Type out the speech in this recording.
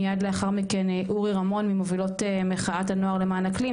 מיד לאחר מכן אורי רמון ממובילות מחאת הנוער למען אקלים,